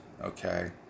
okay